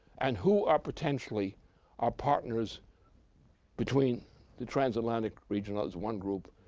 and who are potentially our partners between the trans-atlantic region as one group,